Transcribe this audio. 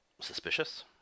suspicious